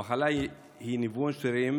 המחלה היא ניוון שרירים,